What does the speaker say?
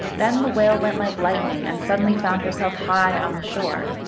then the whale went like lightning, and suddenly found herself high on the shore.